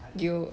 gyo~